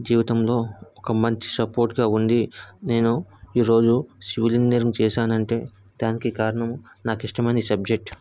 జీవితంలో ఒక మంచి సపోర్ట్గా ఉండి నేను ఈరోజు సివిల్ ఇంజనీరింగ్ చేసానంటే దానికి కారణం నాకు ఇష్టం ఈ సబ్జెక్ట్